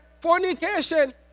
Fornication